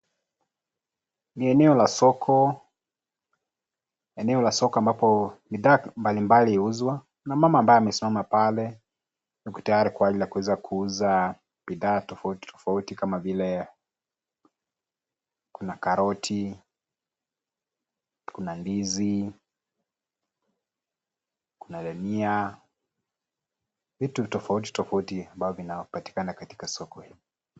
Ni eneo la soko, eneo la soko ambapo bidhaa mbalimbali huuzwa. Kuna mama ambaye amesimama pale ako tayari kuweza kuuza bidha tofauti tofauti kama vile, kuna karoti, kuna ndizi, kuna dhania, vitu tofauti tofauti ambavyo vinapatikana katika soko hii.